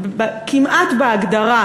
כמעט בהגדרה,